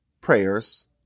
prayers